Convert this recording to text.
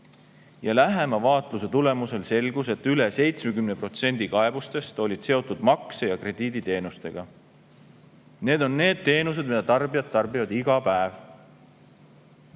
Lähema vaatluse tulemusel selgus, et üle 70% kaebustest olid seotud makse‑ ja krediiditeenustega. Need on need teenused, mida tarbijad tarbivad iga päev.